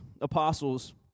apostles